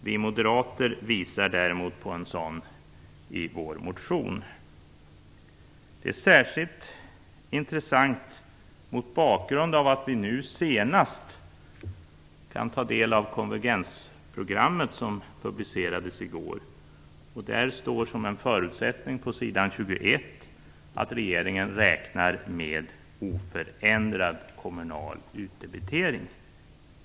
Vi moderater visar däremot på en sådan i vår motion. Det här är särskilt intressant mot bakgrund av att vi nu senast har kunnat ta del av konvergensprogrammet, som ju publicerades i går. Där står det på s. 21 som en förutsättning att regeringen räknar med oförändrad kommunal utdebitering.